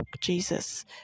Jesus